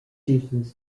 uses